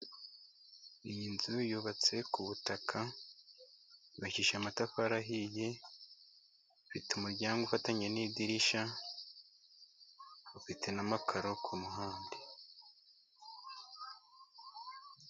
Iyi nzu yubatse ku butaka，yubakishije amatafari ahiye，ifite umuryango ufatanye n'idirishya, ifite n'amakaro ku ruhande.